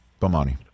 bomani